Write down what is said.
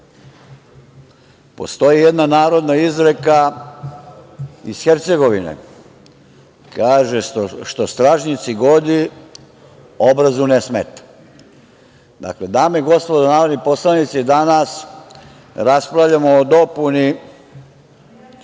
postoji jedna narodna izreka iz Hercegovine, kaže – što stražnjici godi, obrazu ne smeta. Dakle, dame i gospodo narodni poslanici, danas raspravljamo o dopuni